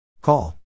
Call